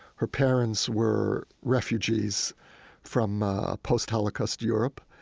her parents were refugees from post-holocaust europe.